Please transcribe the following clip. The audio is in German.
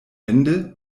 ende